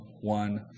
one